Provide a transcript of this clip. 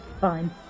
fine